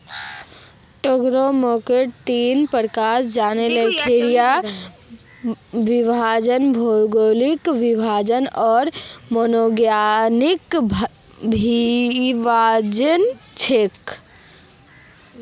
target मार्केटेर तीन प्रकार जनसांख्यिकीय विभाजन, भौगोलिक विभाजन आर मनोवैज्ञानिक विभाजन छेक